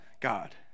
God